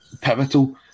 pivotal